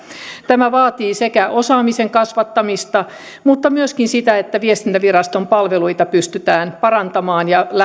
tämä vaatii sekä osaamisen kasvattamista että myöskin sitä että viestintäviraston palveluita pystytään parantamaan ja